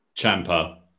Champa